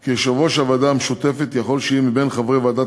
כי יושב-ראש הוועדה המשותפת יכול שיהיה מבין חברי ועדת